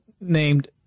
named